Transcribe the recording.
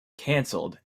cancelled